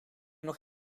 nog